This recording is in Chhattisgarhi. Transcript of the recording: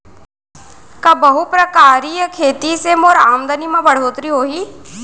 का बहुप्रकारिय खेती से मोर आमदनी म बढ़होत्तरी होही?